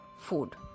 food